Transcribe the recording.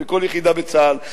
בכל יחידה בצה"ל,